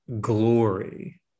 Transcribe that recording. glory